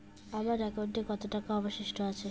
আমার একাউন্টে কত টাকা অবশিষ্ট আছে?